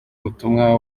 ubutumwa